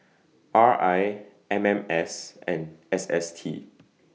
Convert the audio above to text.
R I M M S and S S T